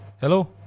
Hello